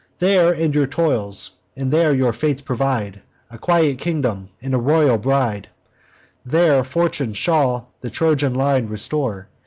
there end your toils and there your fates provide a quiet kingdom, and a royal bride there fortune shall the trojan line restore,